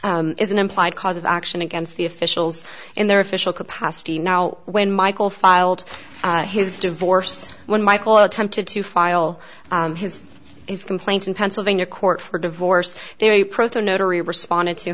is an implied cause of action against the officials in their official capacity now when michael filed his divorce when michael attempted to file his is complaint in pennsylvania court for divorce there a pro notary responded to